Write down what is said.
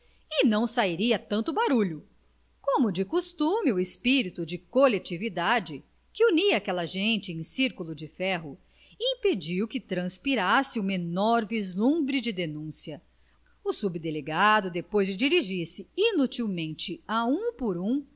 e não seria tanto barulho como de costume o espírito de coletividade que unia aquela gente em circulo de ferro impediu que transpirasse o menor vislumbre de denúncia o subdelegado depois de dirigir-se inutilmente a um por um